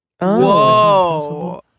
whoa